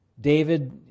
David